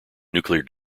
nuclear